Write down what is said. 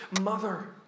mother